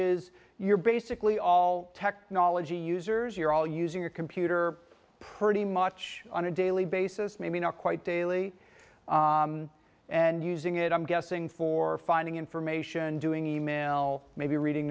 is you're basically all technology users you're all using your computer pretty much on a daily basis maybe not quite daily and using it i'm guessing for finding information doing e mail maybe reading